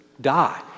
die